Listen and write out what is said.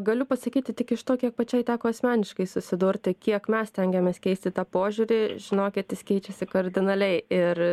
galiu pasakyti tik iš to kiek pačiai teko asmeniškai susidurti kiek mes stengiamės keisti tą požiūrį žinokit jis keičiasi kardinaliai ir